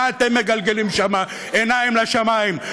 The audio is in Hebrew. מה אתם מגלגלים שם עיניים לשמים?